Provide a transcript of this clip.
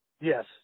Yes